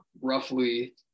roughly